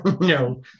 no